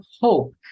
hope